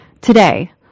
today